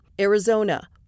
Arizona